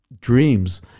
dreams